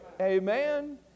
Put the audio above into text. Amen